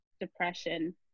depression